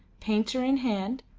painter in hand,